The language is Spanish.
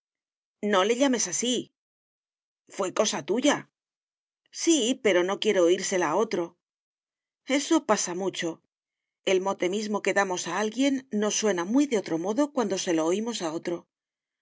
no le llames así fué cosa tuya sí pero no quiero oírsela a otro eso pasa mucho el mote mismo que damos a alguien nos suena muy de otro modo cuando se lo oímos a otro